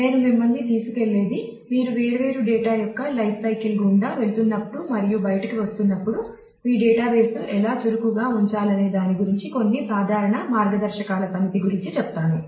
నేను మిమ్మల్ని తీసుకెళ్లేది మీరు వేర్వేరు డేటా యొక్క లైఫ్ సైకిల్ గుండా వెళుతున్నప్పుడు మరియు బయటకు వస్తున్నపుడు మీ డేటాబేస్ను ఎలా చురుకుగా ఉంచాలనే దాని గురించి కొన్ని సాధారణ మార్గదర్శకాల సమితి గురించి చెప్తాను